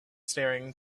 staring